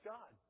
God